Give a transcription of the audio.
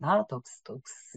na toks toks